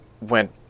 went